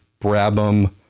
Brabham